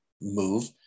move